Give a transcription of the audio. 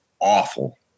awful